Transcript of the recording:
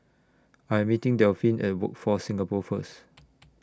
I Am meeting Delphin At Workforce Singapore First